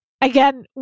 again